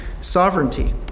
sovereignty